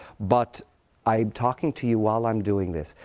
but i'm talking to you while i'm doing this.